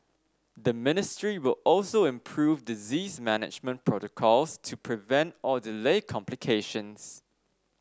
the ministry will also improve disease management protocols to prevent or delay complications